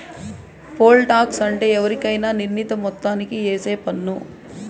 pole tax అంటే ఎవరికైనా నిర్ణీత మొత్తానికి ఏసే పన్ను